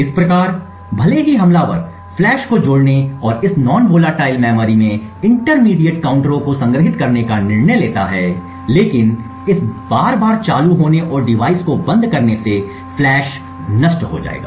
इस प्रकार भले ही हमलावर फ़्लैश को जोड़ने और इस नॉन वोलेटाइल मेमोरी में इंटरमीडिएट काउंटरों को संग्रहीत करने का निर्णय लेता है लेकिन इस बार बार चालू होने और डिवाइस को बंद करने से फ्लैश नष्ट हो जाएगा